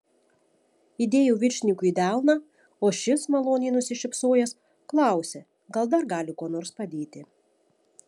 įdėjau viršininkui į delną o šis maloniai nusišypsojęs klausė gal dar gali kuo nors padėti